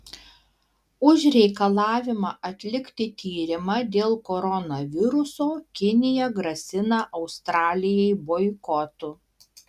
už reikalavimą atlikti tyrimą dėl koronaviruso kinija grasina australijai boikotu